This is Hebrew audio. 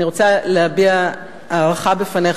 אני רוצה להביע הערכה בפניך,